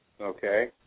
Okay